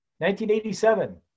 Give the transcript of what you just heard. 1987